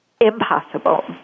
impossible